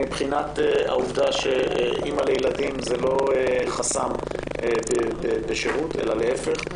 מבחינת העובדה שאימא לילדים זה לא חסם בשירות אלא להיפך,